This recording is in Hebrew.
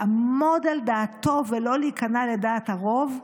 לעמוד על דעתו ולא להיכנע לדעת הרוב,